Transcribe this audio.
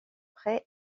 pré